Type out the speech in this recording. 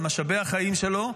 על משאבי החיים שלו,